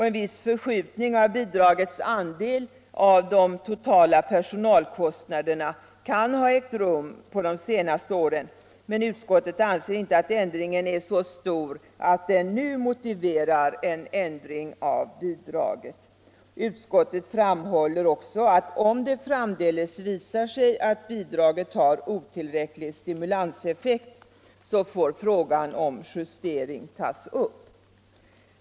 En viss förskjutning av bidragets andel av de totala personalkostnaderna kan ha ägt rum under de senaste åren, men utskottet anser inte att ändringen är så stor att den nu motiverar en ändring av bidraget. Utskottet framhåller också att om det framdeles visar sig att bidraget har otillräcklig stimulanseffekt, så får frågan om justering tas upp.